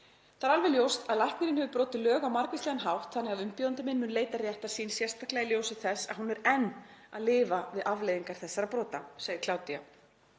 Það er alveg ljóst að læknirinn hefur brotið lög á margvíslegan hátt þannig að umbjóðandi minn mun leita réttar síns, sérstaklega í ljósi þess að hún er enn að lifa við afleiðingar þessara brota, segir Claudia.“